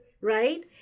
right